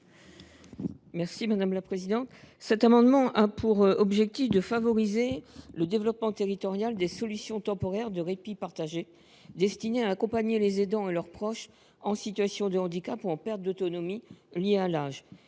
Corinne Féret. Cet amendement vise à favoriser le développement territorial des solutions temporaires de répit partagé, destinées à accompagner les aidants et leurs proches en situation de handicap ou en perte d’autonomie liée à l’âge.